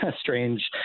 strange